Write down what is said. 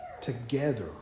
together